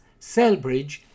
Selbridge